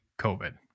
COVID